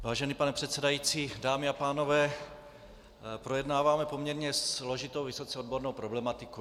Vážený pane předsedající, dámy a pánové, projednáváme poměrně složitou, vysoce odbornou problematiku.